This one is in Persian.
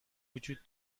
وجود